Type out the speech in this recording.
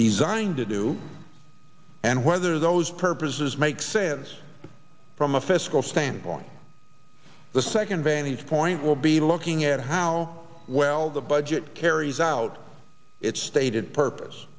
designed to do and whether those purposes make sense from a fiscal standpoint the second vantage point will be looking at how well the budget carries out its stated purpose